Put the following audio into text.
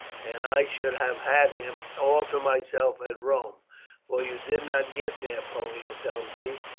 and i should have had him all to myself at rome for you did not get there, pollio tells me,